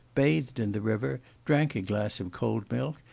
bathed in the river, drank a glass of cold milk,